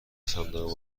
صندوق